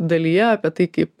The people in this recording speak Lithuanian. dalyje apie tai kaip